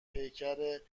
پیکر